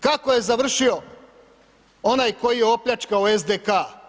Kako je završio onaj koji je opljačkao SDK?